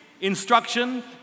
instruction